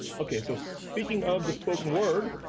okay, so speaking of the spoken word,